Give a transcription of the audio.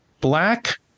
black –